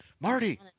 Marty